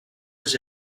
was